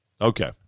Okay